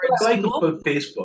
Facebook